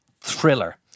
thriller